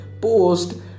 post